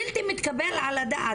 בלתי מתקבל על הדעת.